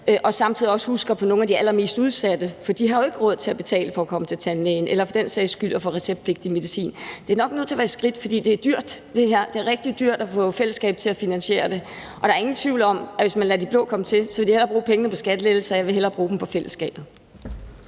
Og samtidig skal vi også huske at få nogle af de allermest udsatte med, for de har jo ikke råd til at betale for at komme til tandlægen eller for den sags skyld at få receptpligtig medicin. Det er nok nødt til at være skridt for skridt, for det her er dyrt – det er rigtig dyrt at få fællesskabet til at finansiere det. Der er ingen tvivl om, at hvis man lader de blå komme til, vil de hellere bruge pengene på skattelettelser, og jeg vil hellere bruge dem på fællesskabet.